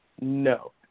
no